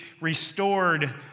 restored